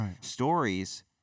Stories